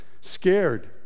scared